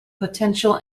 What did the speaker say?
potential